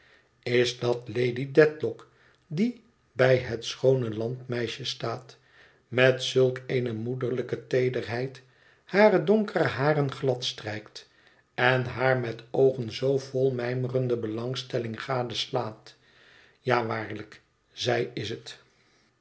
is dat lady dedlock dié bij het schoone landmoisje staat met zulk eene moederlijke tcederheid hare donkere haren gladstrijkt en haar met oogen zoo vol mijmerende belangstelling gadeslaat ja waarlijk zij is het